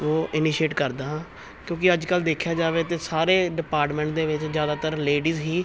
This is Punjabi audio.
ਉਹ ਇਨੀਸ਼ੀਏਟ ਕਰਦਾ ਹਾਂ ਕਿਉਂਕਿ ਅੱਜ ਕੱਲ੍ਹ ਦੇਖਿਆ ਜਾਵੇ ਤਾਂ ਸਾਰੇ ਡਿਪਾਰਟਮੈਂਟ ਦੇ ਵਿੱਚ ਜ਼ਿਆਦਾਤਰ ਲੇਡੀਜ਼ ਹੀ